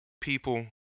people